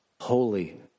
holy